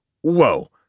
whoa